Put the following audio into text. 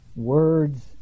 Words